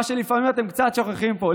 מה שלפעמים אתם קצת שוכחים פה,